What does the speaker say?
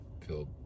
feel